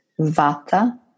vata